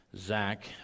Zach